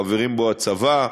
חברים בו הצבא,